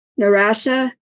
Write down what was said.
Narasha